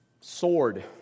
Sword